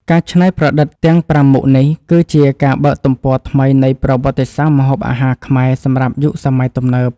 ការច្នៃប្រឌិតទាំងប្រាំមុខនេះគឺជាការបើកទំព័រថ្មីនៃប្រវត្តិសាស្ត្រម្ហូបអាហារខ្មែរសម្រាប់យុគសម័យទំនើប។